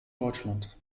deutschland